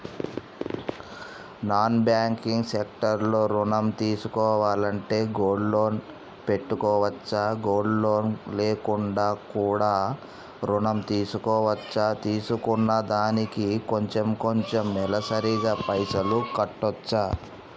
Non banking sector లో ఋణం తీసుకోవాలంటే గోల్డ్ లోన్ పెట్టుకోవచ్చా? గోల్డ్ లోన్ లేకుండా కూడా ఋణం తీసుకోవచ్చా? తీసుకున్న దానికి కొంచెం కొంచెం నెలసరి గా పైసలు కట్టొచ్చా?